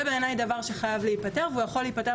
זה בעיניי דבר שחייב להיפתר והוא יכול להיפתר